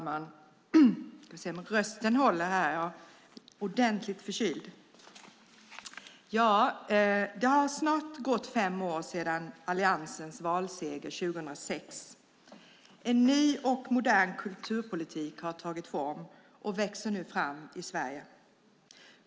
Fru talman! Det har snart gått fem år sedan Alliansens valseger 2006. En ny och modern kulturpolitik har tagit form och växer nu fram i Sverige.